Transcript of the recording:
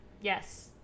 yes